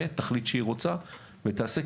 קודם כול שתרצה, באמת תחליט שהיא רוצה, ותעשה.